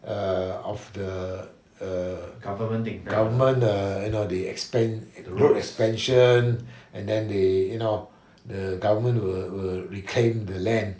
err of the err government uh you know they expand road expansion and then they you know the government will reclaim the land